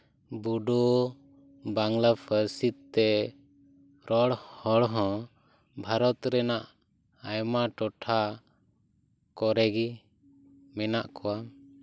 ᱵᱳᱰᱳ ᱵᱟᱝᱞᱟ ᱯᱟᱹᱨᱥᱤ ᱛᱮ ᱨᱚᱲ ᱦᱚᱲ ᱦᱚᱸ ᱵᱷᱟᱨᱚᱛ ᱨᱮᱱᱟᱜ ᱟᱭᱢᱟ ᱴᱚᱴᱷᱟ ᱠᱚᱨᱮᱜᱮ ᱢᱮᱱᱟᱜ ᱠᱚᱣᱟ